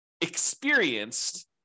experienced